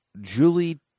Julie